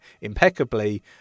impeccably